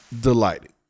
delighted